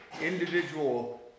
individual